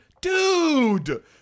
dude